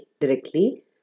directly